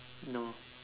no